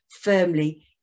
firmly